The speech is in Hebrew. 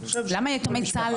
יתומי צה"ל